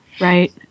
right